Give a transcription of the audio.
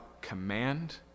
command